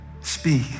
speak